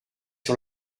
sur